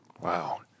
Wow